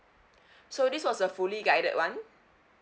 so this was a fully guided one